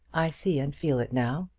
i see and feel it now.